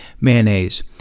mayonnaise